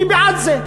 אני בעד זה,